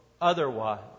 otherwise